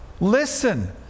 Listen